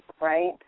right